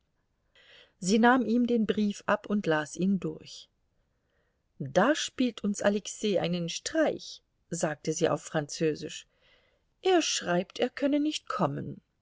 sie nahm ihm den brief ab und las ihn durch da spielt uns alexei einen streich sagte sie auf französisch er schreibt er könne nicht kommen